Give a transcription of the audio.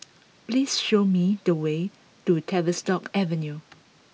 please show me the way to Tavistock Avenue